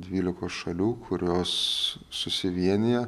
dvylikos šalių kurios susivienija